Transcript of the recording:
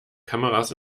kameras